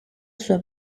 sua